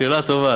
שאלה טובה,